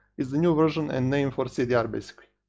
its the new version and name for cdr basically.